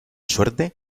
suerte